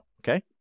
Okay